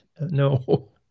No